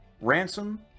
Ransom